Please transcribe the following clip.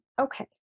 okay